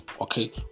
okay